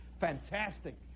fantastic